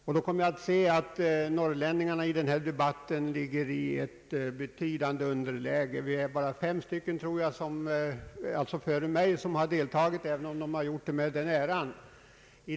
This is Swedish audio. Jag kan konstatera att norrlänningarna i denna debatt befinner sig i ett betydande underläge. Det är bara fem norrlänningar som före mig har deltagit i debatten i dag, även om de har gjort det med den äran.